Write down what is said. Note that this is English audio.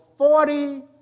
Forty